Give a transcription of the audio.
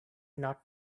not